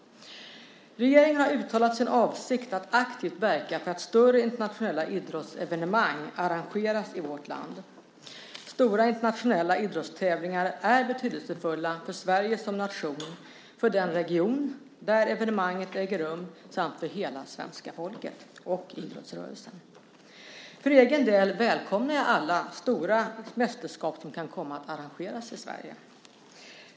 Regeringen har uttalat sin avsikt att aktivt verka för att större internationella idrottsevenemang arrangeras i vårt land. Stora internationella idrottstävlingar är betydelsefulla för Sverige som nation, för den region där evenemanget äger rum samt för hela svenska folket och idrottsrörelsen. För min egen del välkomnar jag alla stora mästerskap som kan komma att arrangeras i Sverige.